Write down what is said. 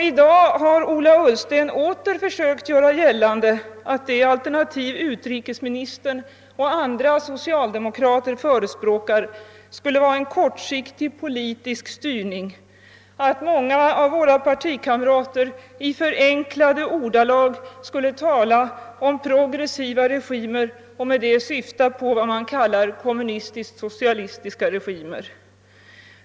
I dag har Ola Ullsten åter försökt göra gällande att det alternativ utrikesministern och andra socialdemokrater förespråkar skulle vara en kortsiktig politisk styrning, att många av våra partikamrater i förenklade ordalag skulle tala om progressiva regimer och med det syfta på vad han kallat kommunistiskt-socialistiska regimer.